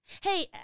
Hey